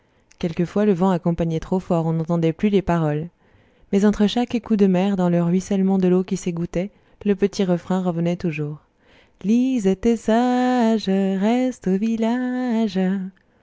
quelquefois le vent accompagnait trop fort on n'entendait plus les paroles mais entre chaque coup de mer dans le ruissellement de l'eau qui s'égouttait le petit refrain revenait toujours lisette